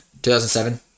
2007